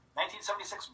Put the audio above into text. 1976